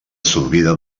absorbida